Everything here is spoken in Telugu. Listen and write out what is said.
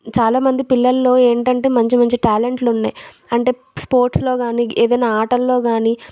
చాలామంది పిల్లల్లో ఏంటంటే మంచి మంచి ట్యాలెంట్లు ఉన్నాయి అంటే స్పోర్ట్స్లో కానీ ఏదైనా ఆటల్లో కానీ